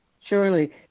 surely